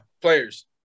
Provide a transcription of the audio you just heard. players